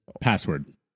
password